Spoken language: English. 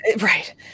Right